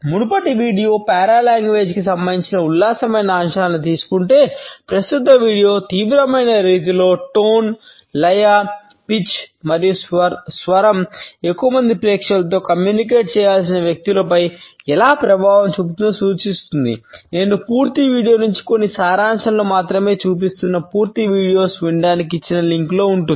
మునుపటి వీడియో ఉంటుంది